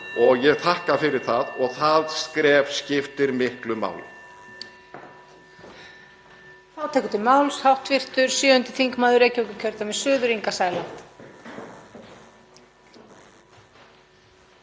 og ég þakka fyrir það og það skref skiptir miklu máli.